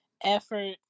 effort